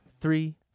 three